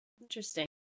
Interesting